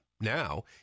Now